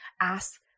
ask